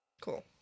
Cool